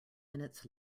minutes